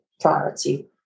priority